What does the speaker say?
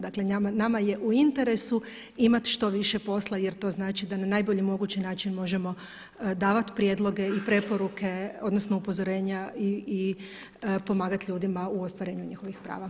Dakle nama je u interesu imati što više posla jer to znači da na najbolji mogući način možemo davati prijedloge i preporuke odnosno upozorenja i pomagat ljudima u ostvarenju njihovih prava.